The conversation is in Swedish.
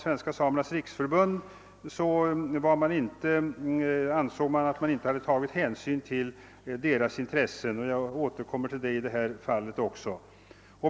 Svenska samernas riksförbund ansåg att man inte tagit hänsyn till samernas intressen; jag återkommer även till detta.